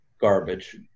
garbage